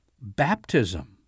baptism